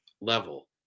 level